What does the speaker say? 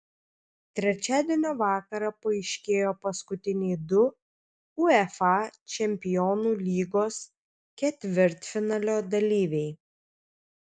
trečiadienio vakarą paaiškėjo paskutiniai du uefa čempionų lygos ketvirtfinalio dalyviai